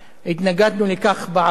התנגדנו לכך בעבר